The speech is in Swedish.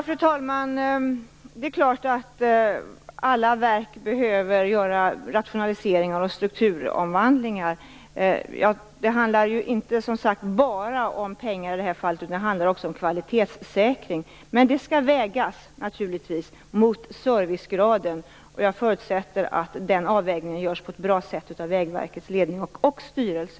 Fru talman! Det är klart att alla verk behöver göra rationaliseringar och strukturomvandlingar. I det här fallet handlar det inte bara om pengar. Det handlar också om kvalitetssäkring. Men det skall naturligtvis vägas mot servicegraden. Jag förutsätter att den avvägningen görs på ett bra sätt av Vägverkets ledning och styrelse.